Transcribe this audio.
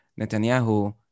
Netanyahu